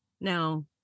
now